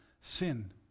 sin